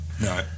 No